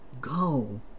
Go